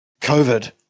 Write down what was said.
COVID